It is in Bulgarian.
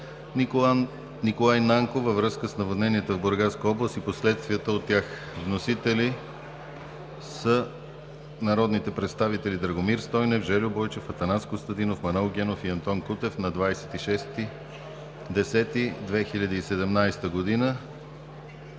Николай Нанков във връзка с наводненията в Бургаска област и последствията от тях. Вносители са народните представители Драгомир Стойнев, Жельо Бойчев, Атанас Костадинов, Манол Генов и Антон Кутев на 26 октомври